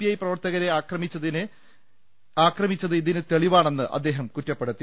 I പ്രവർത്തകരെ അക്രമിച്ചത് ഇതിന് തെളിവാ ണെന്ന് അദ്ദേഹം കുറ്റപ്പെടുത്തി